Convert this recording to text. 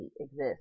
exist